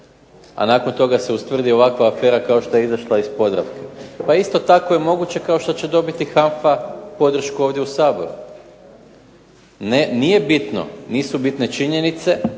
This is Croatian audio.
a nakon toga se ustvrdi ovakva afera kao što je izašla iz Podravke. Pa isto tako je moguće kao što će dobiti HANFA podršku ovdje u Saboru. Nije bitno, nisu bitne činjenice,